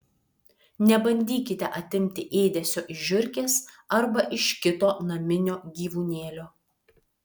nebandykite atimti ėdesio iš žiurkės arba iš kito naminio gyvūnėlio